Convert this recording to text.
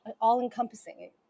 all-encompassing